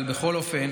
אבל בכל אופן